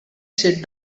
sit